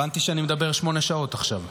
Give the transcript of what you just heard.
הבנתי שאני מדבר שמונה שעות עכשיו.